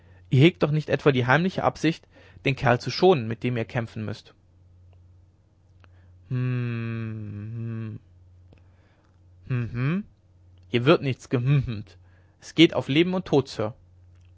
hegt doch nicht etwa die heimliche absicht den kerl zu schonen mit dem ihr kämpfen müßt hm hm hm hm hier wird gar nichts gehmhmt es geht auf leben und tod sir